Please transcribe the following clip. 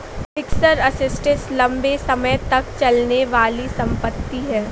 fixed assets लंबे समय तक चलने वाली संपत्ति है